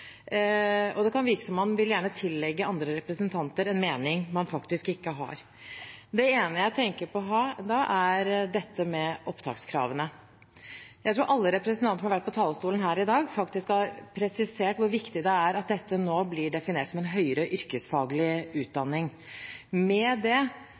meg da over at enkelte nærmest forsøker å konstruere en uenighet, og det kan virke som om man gjerne vil tillegge andre representanter en mening man ikke har. Det ene jeg tenker på da, er opptakskravene. Jeg tror alle representantene som har vært på talerstolen her i dag, har presisert hvor viktig det er at dette blir definert som en høyere yrkesfaglig utdanning. Det